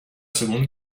seconde